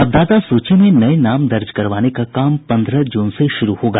मतदाता सूची में नये नाम दर्ज करवाने का काम पंद्रह जून से शुरू होगा